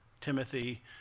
Timothy